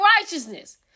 righteousness